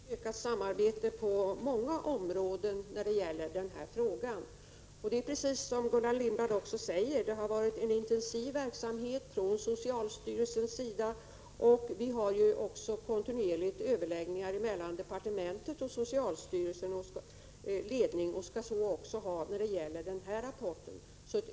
Herr talman! Jag tycker att det är nödvändigt med ökat samarbete på många områden i denna fråga. Precis som Gullan Lindblad säger har det varit en intensiv verksamhet från socialstyrelsens sida. Vi har kontinuerligt överläggningar mellan departementet och socialstyrelsens ledning och skall ha det också när det gäller denna rapport.